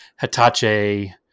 Hitachi